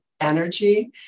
energy